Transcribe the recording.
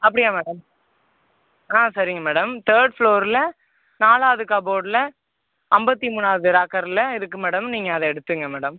அப்படியா மேடம் சரிங்க madam third ஃப்லோரில் நாலாவது கபோட்டில் ஐம்பத்தி மூணாவது லாக்கரில் இருக்கு மேடம் நீங்கள் அதை எடுத்துகங்க மேடம்